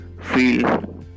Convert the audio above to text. feel